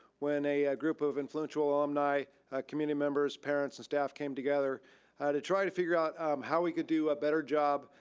when a group of influential alumni community members, parents, and staff came together to try to figure out how we could do a better job,